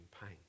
pain